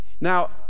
Now